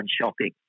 shopping